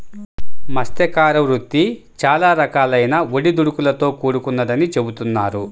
మత్స్యకార వృత్తి చాలా రకాలైన ఒడిదుడుకులతో కూడుకొన్నదని చెబుతున్నారు